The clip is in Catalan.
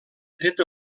tret